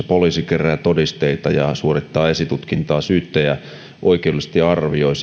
poliisi kerää todisteita ja suorittaa esitutkintaa syyttäjä oikeudellisesti arvioi